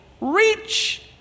reach